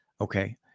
Okay